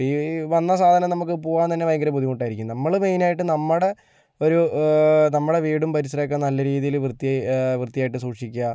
ഈ വന്ന സാധനം നമുക്ക് പോകാൻ തന്നെ ഭയങ്കര ബുദ്ധിമുട്ടായിരിക്കും നമ്മൾ മെയിനായിട്ടും നമ്മുടെ ഒരു നമ്മുടെ വീടും പരിസരവും ഒക്കെ നല്ല രീതിയിൽ വൃത്തിയായി വൃത്തിയായിട്ട് സൂക്ഷിക്കുക